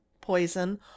poison